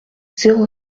zéro